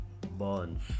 burns